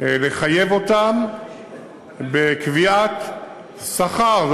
לחייב אותן בקביעת שכר,